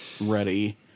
ready